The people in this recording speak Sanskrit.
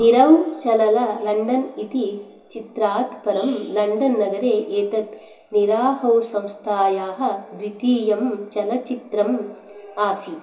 निरहौ चलल लण्डन् इति चित्रात् परं लण्डन् नगरे एतत् निराहौसंस्थायाः द्वितीयं चलच्चित्रम् आसीत्